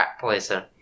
poison